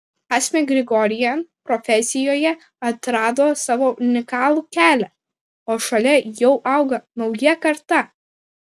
asmik grigorian profesijoje atrado savo unikalų kelią o šalia jau auga nauja karta